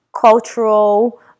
cultural